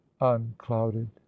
unclouded